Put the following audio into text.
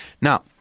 Now